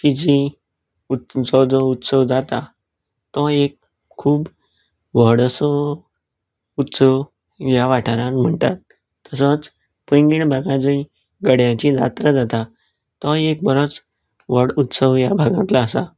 जी जी जो जो उत्सव जाता तो एक खूब व्हड असो उत्सव ह्या वाठारांत म्हण्टात तसोच पैंगीण भागांत जंय गड्याची जात्रा जाता तोय एक बरोच व्हड उत्सव ह्या भागांतलो आसा